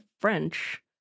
French